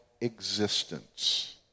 existence